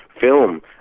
film